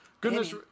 goodness